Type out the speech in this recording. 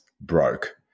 broke